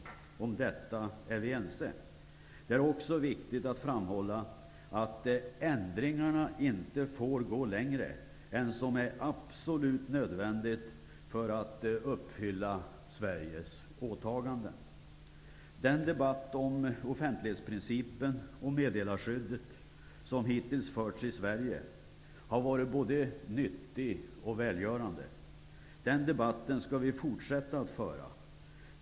Om detta är vi ense. Det är också viktigt att framhålla att ändringarna inte får gå längre än vad som är absolut nödvändigt för att uppfylla Sveriges åtaganden. Den debatt om offentlighetsprincipen och meddelarskyddet som hittills förts i Sverige har varit både nyttig och välgörande. Den debatten skall vi fortsätta att föra.